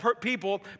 people